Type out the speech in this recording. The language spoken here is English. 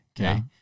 Okay